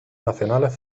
nacionales